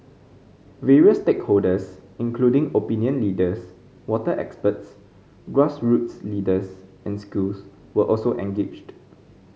various stakeholders including opinion leaders water experts grassroots leaders and schools were also engaged